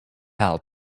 help